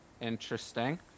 Interesting